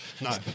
No